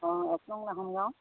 অঁ এক নং লাহন গাঁও